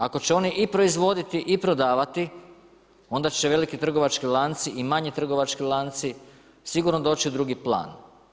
Ako će oni i proizvoditi i prodavati, onda će veliki trgovački lanci i manji trgovački lanci sigurno doći u drugi plan.